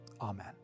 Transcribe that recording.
Amen